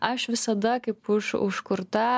aš visada kaip už užkurta